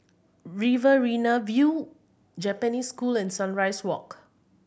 Riverina View Japanese School and Sunrise Walk